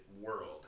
world